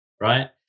right